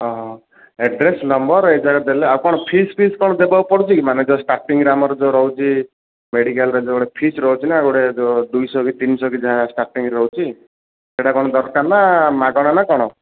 ହଁ ହଁ address number ଏଯାକ ଦେଲେ ଆଉ କ'ଣ ଫିସ୍ ଫିସ୍ କ'ଣ ଦେବାକୁ ପଡ଼ୁଛିକି ମାନେ ଯେଉଁ ଷ୍ଟାର୍ଟିଙ୍ଗରେ ଆମର ଯେଉଁ ରହୁଛି ମେଡ଼ିକାଲରେ ଯେଉଁ ଗୋଟେ ଫିସ୍ ରହୁଛି ନାଁ ଗୋଟେ ଯେଉଁ ଦୁଇଶହ କି ତିନିଶହ କି ଯାହା ଷ୍ଟାର୍ଟିଙ୍ଗରେ ରହୁଛି ସେଇଟା କ'ଣ ଦରକାର ନାଁ ମାଗଣା ନାଁ କ'ଣ